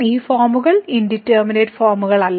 ഈ ഫോമുകൾ ഇൻഡിറ്റർമിനേറ്റ് ഫോമുകളല്ല